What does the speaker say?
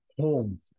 home